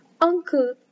uncle